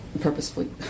purposefully